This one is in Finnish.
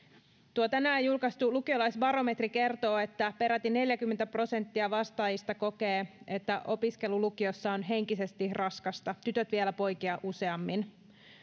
tuo tänään julkaistu lukiolaisbarometri kertoo että peräti neljäkymmentä prosenttia vastaajista kokee että opiskelu lukiossa on henkisesti raskasta tytöt vielä poikia useammin